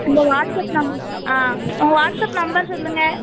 இந்த வாட்ஸப் நம் ஆ உங்கள் வாட்ஸப் நம்பர் சொல்லுங்க